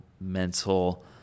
mental